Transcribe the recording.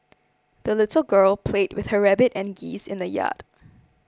the little girl played with her rabbit and geese in the yard